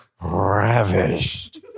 ravished